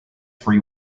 free